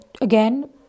again